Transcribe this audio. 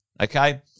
Okay